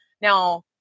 now